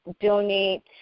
donate